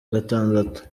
gatandatu